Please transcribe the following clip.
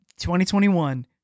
2021